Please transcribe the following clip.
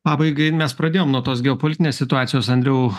pabaigai ir mes pradėjom nuo tos geopolitinės situacijos andriau